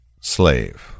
Slave